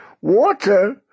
water